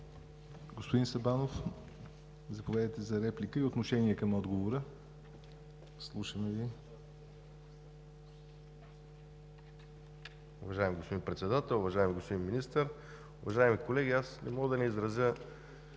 Господин Сабанов, заповядайте за реплика и отношение към отговора. Имате